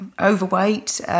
overweight